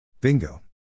Bingo